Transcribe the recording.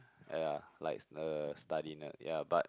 uh ya like the study nerd yea but